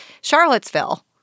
Charlottesville